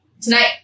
tonight